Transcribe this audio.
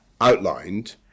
outlined